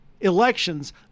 elections